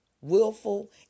willful